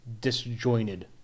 disjointed